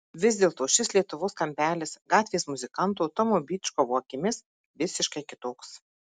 vis dėlto šis lietuvos kampelis gatvės muzikanto tomo byčkovo akimis visiškai kitoks